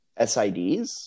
SIDs